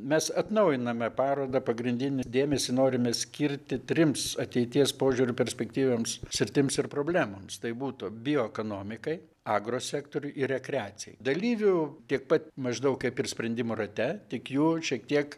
mes atnaujiname parodą pagrindinį dėmesį norime skirti trims ateities požiūriu perspektyvioms sritims ir problemoms tai būtų bioekonomikai agrosektoriui ir rekreacijai dalyvių tiek pat maždaug kaip ir sprendimų rate tik jų šiek tiek